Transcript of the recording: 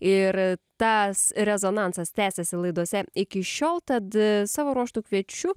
ir tas rezonansas tęsiasi laidose iki šiol tad savo ruožtu kviečiu